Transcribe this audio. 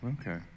okay